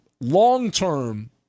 long-term